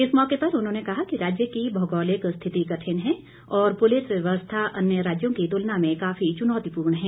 इस मौके पर उन्होंने कहा कि राज्य की भौगोलिक स्थिति कठिन है और पुलिस व्यवस्था अन्य राज्यों की तुलना में काफी चुनौतिपूर्ण है